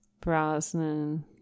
Brosnan